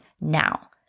now